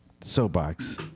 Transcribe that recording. soapbox